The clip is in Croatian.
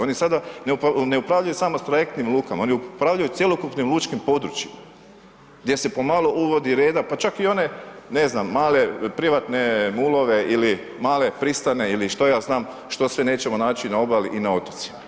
Oni sada ne upravljaju samo s trajektnim lukama, oni upravljaju cjelokupnim lučkim područjima, gdje se pomalo uvodi reda, pa čak i one, ne znam male privatne ulove ili male pristane ili što ja znam što sve nećemo naći na obali i na otocima.